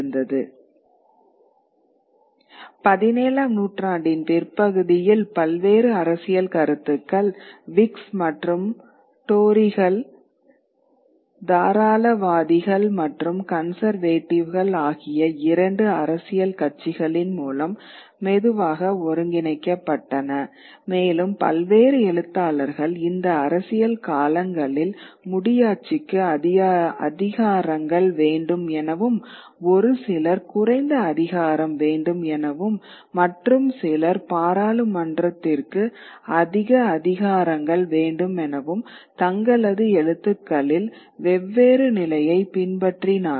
17 ஆம் நூற்றாண்டின் பிற்பகுதியில் பல்வேறு அரசியல் கருத்துக்கள் விக்ஸ் மற்றும் டோரிகள் தாராளவாதிகள் மற்றும் கன்சர்வேடிவ்கள் ஆகிய இரண்டு அரசியல் கட்சிகளின் மூலம் மெதுவாக ஒருங்கிணைக்கப்பட்டன மேலும் பல்வேறு எழுத்தாளர்கள் இந்த அரசியல் காலங்களில் முடியாட்சிக்கு அதிகாரங்கள் வேண்டும் எனவும் ஒரு சிலர் குறைந்த அதிகாரம் வேண்டும் எனவும் மற்றும் சில சிலர் பாராளுமன்றத்திற்கு அதிக அதிகாரங்கள் வேண்டுமெனவும் தங்களது எழுத்துக்களில் வெவ்வேறு நிலையை பின்பற்றினார்கள்